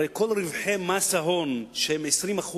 הרי כל רווחי מס ההון, שהם 20%,